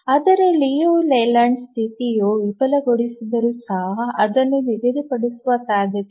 ಆದರೆ ಅದು ಲಿಯು ಲೇಲ್ಯಾಂಡ್ ಸ್ಥಿತಿಯನ್ನು ವಿಫಲಗೊಳಿಸಿದರೂ ಸಹ ಅದನ್ನು ನಿಗದಿಪಡಿಸುವ ಸಾಧ್ಯತೆಯಿದೆ